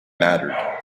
mattered